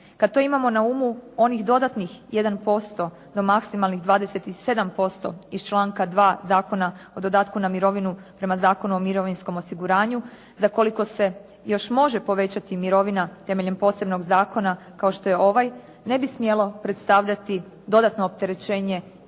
Kad to imamo na umu onih dodatnih 1% do maksimalnih 27% iz članka 2. Zakona o dodatku mirovinu prema Zakonu o mirovinskom osiguranju za koliko se još može povećati mirovina temeljem posebnog zakona kao što je ovaj ne bi smjelo predstavljati dodatno opterećenje